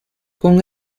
con